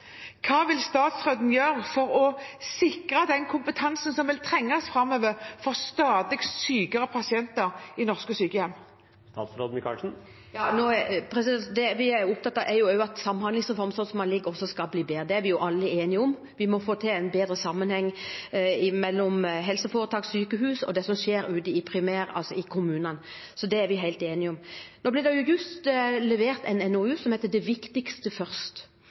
Hva vil statsråden gjøre for å sikre den kompetansen som trengs framover for stadig sykere pasienter i norske sykehjem? Vi er opptatt av at samhandlingsreformen, slik den foreligger, skal bli bedre. Det er vi alle enige om. Vi må få til bedre sammenheng mellom helseforetak, sykehus og det som skjer ute i kommunene. Så det er vi helt enige om. I august ble det levert en NOU som heter Det viktigste først.